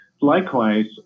likewise